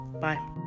Bye